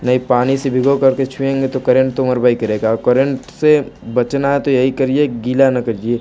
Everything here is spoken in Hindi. नहीं पानी से भिगो कर के छुएंगे तो करेंट तो मरबै करेगा और करेंट से बचना है तो यही करिए गीला न करिए